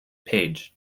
paige